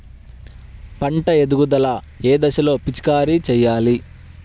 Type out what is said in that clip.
పంట ఎదుగుదల ఏ దశలో పిచికారీ చేయాలి?